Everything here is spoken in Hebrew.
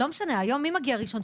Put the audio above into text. מי מגיע היום הראשון?